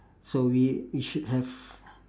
so we we should have